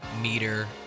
meter